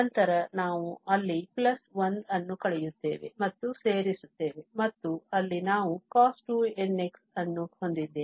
ನಂತರ ನಾವು ಅಲ್ಲಿ ಪ್ಲಸ್ 1 ಅನ್ನು ಕಳೆಯುತ್ತೇವೆ ಮತ್ತು ಸೇರಿಸುತ್ತೇವೆ ಮತ್ತು ಅಲ್ಲಿ ನಾವು cos2nx ಅನ್ನು ಹೊಂದಿದ್ದೇವೆ